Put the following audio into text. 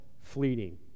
fleeting